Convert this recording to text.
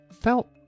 felt